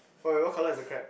wait what colour is the crab